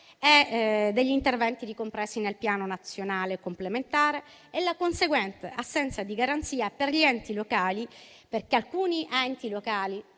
e degli interventi ricompresi nel Piano nazionale complementare e la conseguente assenza di garanzia per gli enti locali, perché alcuni di tali